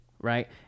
Right